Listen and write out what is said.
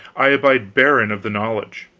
i abide barren of the knowledge.